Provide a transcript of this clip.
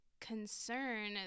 concern